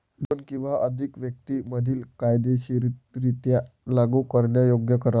दोन किंवा अधिक व्यक्तीं मधील कायदेशीररित्या लागू करण्यायोग्य करार